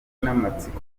n’amatsiko